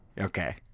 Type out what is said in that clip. Okay